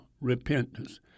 repentance